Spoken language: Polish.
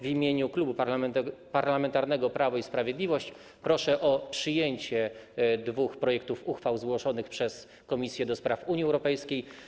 W imieniu Klubu Parlamentarnego Prawo i Sprawiedliwość proszę o przyjęcie dwóch projektów uchwał złożonych przez Komisję do Spraw Unii Europejskiej.